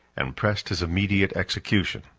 and pressed his immediate execution.